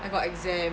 I got exam